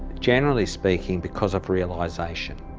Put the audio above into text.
generally speaking, because of realization,